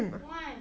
why